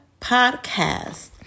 podcast